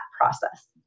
process